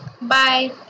Bye